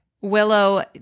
Willow